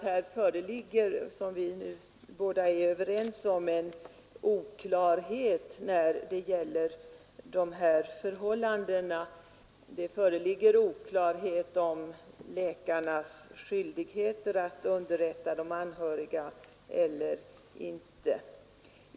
Här råder, som vi båda är överens om, en oklarhet när det gäller läkarnas skyldigheter att underrätta de anhöriga eller inte.